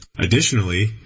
Additionally